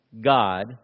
God